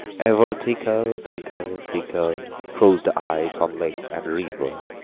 ever thicker, thicker, thicker froze the ice on lake and river